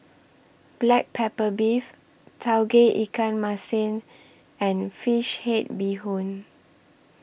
Black Pepper Beef Tauge Ikan Masin and Fish Head Bee Hoon